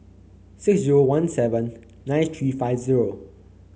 six zero one seven nine three five zero